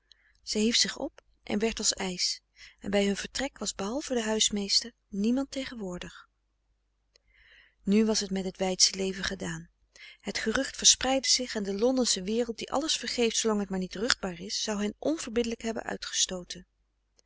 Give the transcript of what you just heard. zij hief zich op en werd als ijs en bij hun vertrek was behalve de huismeester niemand tegenwoordig nu was t met t weidsche leven gedaan het gerucht verspreidde zich en de londensche wereld die alles vergeeft zoolang het maar niet ruchtbaar is zou hen onverbiddelijk hebben uitgestooten